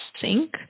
sink